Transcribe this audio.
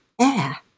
air